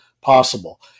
possible